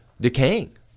decaying